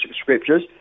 scriptures